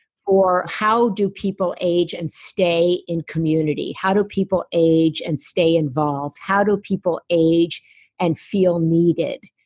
for how do people age and stay in community? how do people age and stay involved? how do people age and feel needed,